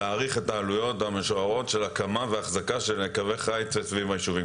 להעריך את העלויות המשוערות של הקמה ואחזקה של קווי חיץ סביב יישובים.